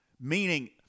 meaning